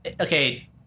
Okay